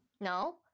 No